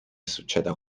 succeda